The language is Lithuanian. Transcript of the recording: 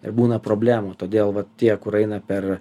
ir būna problemų todėl va tie kur eina per